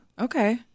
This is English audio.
Okay